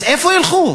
אז לאן ילכו?